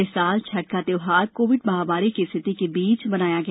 इस साल छठ का त्योहार कोविड महामारी की स्थिति के बीच मनाया गया